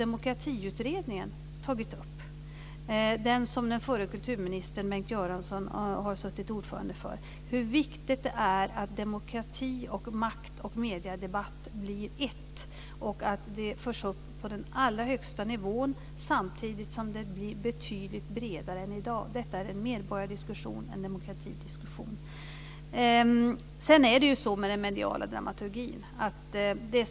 Demokratiutredningen, där den förre kulturministern Bengt Göransson har suttit ordförande, har också tagit upp hur viktigt det är att demokrati, makt och mediedebatt blir ett. De frågorna måste föras upp på den allra högsta nivån samtidigt som debatten blir betydligt bredare än i dag. Det är en medborgardiskussion, en demokratidiskussion. Det är svart och vitt i den mediala dramaturgin.